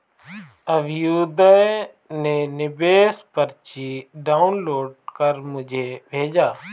अभ्युदय ने निवेश पर्ची डाउनलोड कर मुझें भेजा